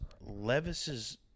Levis's